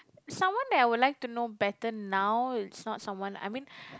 someone that I would like to know better now is not someone I mean